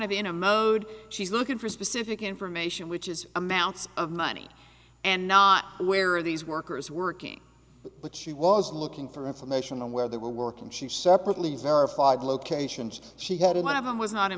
of in a mode she's looking for specific information which is amounts of money and not where are these workers working but she was looking for information on where they were working she separately verified locations she had in my home was not in